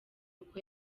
uko